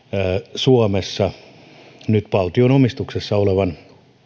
suomessa nyt valtion omistuksessa olevan